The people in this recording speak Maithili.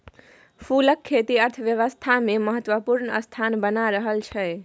फूलक खेती अर्थव्यवस्थामे महत्वपूर्ण स्थान बना रहल छै